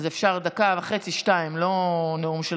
אפשר דקה וחצי, שתיים, לא נאום.